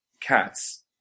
cats